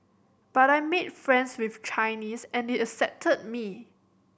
but I made friends with Chinese and they accepted me